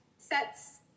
sets